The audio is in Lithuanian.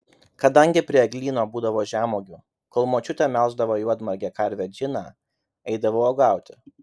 kadangi prie eglyno būdavo žemuogių kol močiutė melždavo juodmargę karvę džiną eidavau uogauti